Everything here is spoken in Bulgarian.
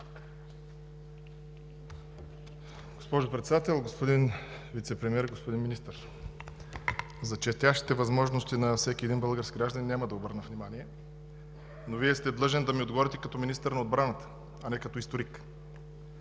Госпожо Председател, господин Вицепремиер, господин Министър! За четящите възможности на всеки един български гражданин няма да обърна внимание, но Вие сте длъжен да ми отговорите като министър на отбраната, а не като историк.